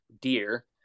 deer